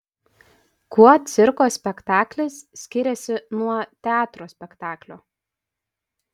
kuo cirko spektaklis skiriasi nuo teatro spektaklio